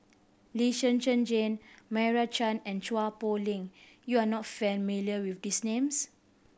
Lee Zhen Zhen Jane Meira Chand and Chua Poh Leng you are not familiar with these names